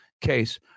case